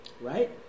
Right